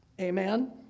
amen